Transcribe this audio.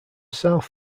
south